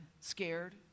scared